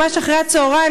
ממש אחרי הצהריים,